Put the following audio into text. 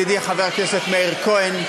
ידידי חבר הכנסת מאיר כהן,